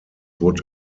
would